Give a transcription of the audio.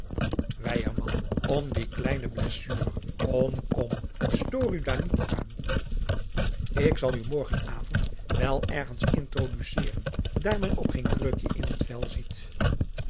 om die kleine blessuur kom kom stoor u daar niet aan ik zal u morgen avond wel ergens introduceren daar men op geen kreukje in het vel ziet